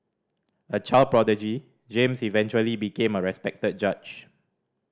a child prodigy James eventually became a respected judge